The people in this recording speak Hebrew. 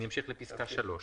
אני ממשיך לפסקה (3).